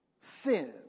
sin